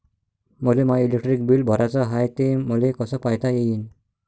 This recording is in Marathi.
मले माय इलेक्ट्रिक बिल भराचं हाय, ते मले कस पायता येईन?